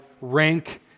rank